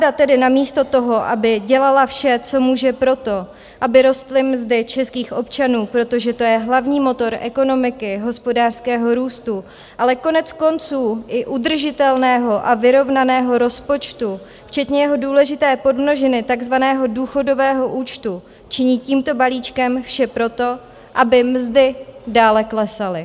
Vláda tedy namísto toho, aby dělala vše, co může proto, aby rostly mzdy českých občanů, protože to je hlavní motor ekonomiky, hospodářského růstu, ale koneckonců i udržitelného a vyrovnaného rozpočtu, včetně jeho důležité podmnožiny takzvaného důchodového účtu, činí tímto balíčkem vše proto, aby mzdy dále klesaly.